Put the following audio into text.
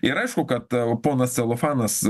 ir aišku kad tau ponas celofanas